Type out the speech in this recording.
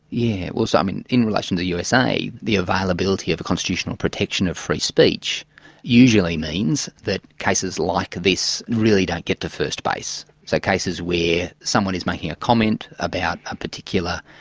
yeah well so um in in relation to the usa, the availability of a constitutional protection of free speech usually means that cases like this really don't get to first base. so cases where someone is making a comment about a particular,